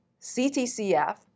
CTCF